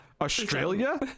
Australia